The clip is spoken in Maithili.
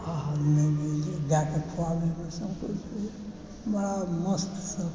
आ गायकेँ खुआबैमे सन्तोष होइए बड़ा मस्तसँ काज करै छी